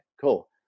cool